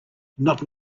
not